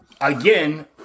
again